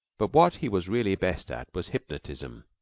but what he was really best at was hypnotism.